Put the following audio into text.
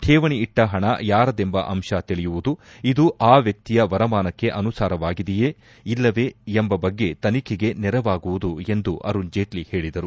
ಕೇವಣಿ ಇಟ್ಲ ಹಣ ಯಾರದೆಂಬ ಅಂಶ ತಿಳಿಯುವುದು ಇದು ಆ ವ್ಯಕ್ತಿಯ ವರಮಾನಕ್ಕೆ ಅನುಸಾರವಾಗಿದೆಯೇ ಇಲ್ಲವೇ ಎಂಬ ಬಗ್ಗೆ ತನಿಖೆಗೆ ನೆರವಾಗುವುದು ಎಂದು ಅರುಣ್ ಜೇಟ್ಲ ಹೇಳಿದರು